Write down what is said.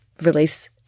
release